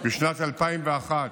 בשנת 2001,